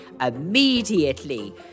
immediately